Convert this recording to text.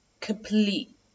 complete